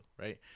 right